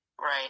Right